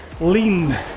lean